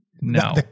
No